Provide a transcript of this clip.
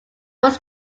was